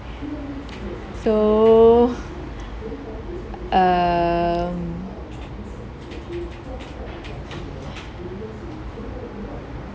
so um